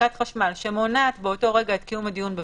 הפסקת חשמל שמונעת באותו רגע את קיום הדיון ב-VC,